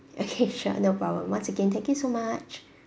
okay sure no problem once again thank you so much